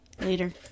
Later